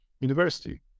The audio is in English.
university